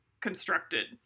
constructed